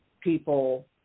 people